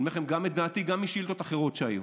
אני אגיד לכם את דעתי, גם משאילתות אחרות שהיו: